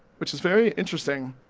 which is very interesting